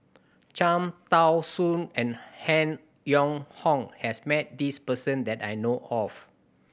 Cham Tao Soon and Han Yong Hong has met this person that I know of